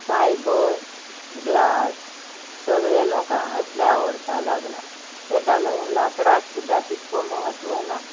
fibre glass सगळे लोकांक असले आवडपा लागला तेका लागून लाकडाक सुद्दां तितको म्हत्व ना